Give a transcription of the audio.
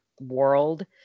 world